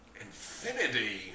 Infinity